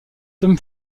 tom